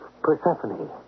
Persephone